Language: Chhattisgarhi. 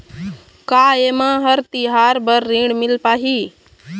का ये म हर तिहार बर ऋण मिल पाही?